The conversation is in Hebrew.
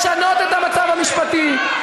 לשנות את המצב המשפטי,